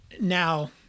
now